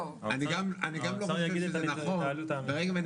האוצר יגיד את העלות האמיתית.